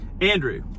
Andrew